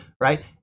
right